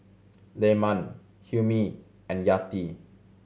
Leman Hilmi and Yati